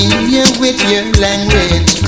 language